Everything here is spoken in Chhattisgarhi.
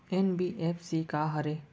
एन.बी.एफ.सी का हरे?